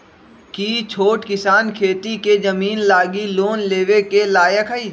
कि छोट किसान खेती के जमीन लागी लोन लेवे के लायक हई?